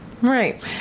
Right